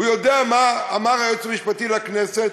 יודע מה אמר היועץ המשפטי לכנסת,